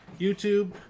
youtube